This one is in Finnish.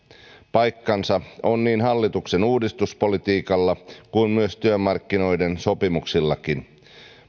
paikkansa on niin hallituksen uudistuspolitiikalla kuin myös työmarkkinoiden sopimuksillakin